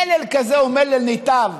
מלל כזה הוא מלל נתעב,